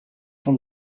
von